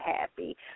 happy